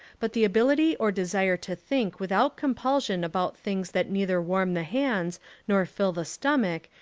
but the ability or desire to think without compulsion about things that neither warm the hands nor fill the stomach,